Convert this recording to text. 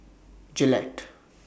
Gillette